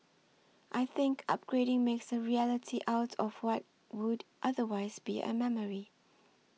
I think upgrading makes a reality out of what would otherwise be a memory